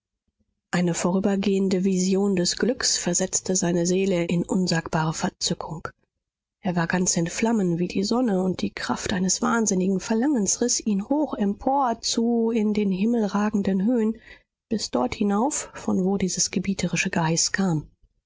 eine vorübergehende vision des glücks versetzte seine seele in unsagbare verzückung er war ganz in flammen wie die sonne und die kraft eines wahnsinnigen verlangens riß ihn hoch empor zu in den himmel ragenden höhen bis dort hinauf von wo dieses gebieterische geheiß kam